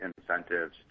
incentives